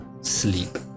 sleep